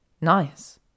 Nice